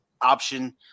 option